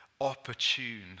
opportune